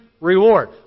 reward